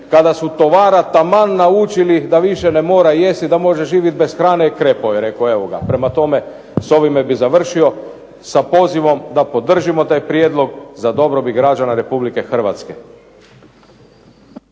kada su tovara taman naučili da više ne mora jesti, da može živit bez hrane krepao je, reko' evo ga. Prema tome, s ovime bih završio sa pozivom da podržimo taj prijedlog za dobrobit građana Republike Hrvatske.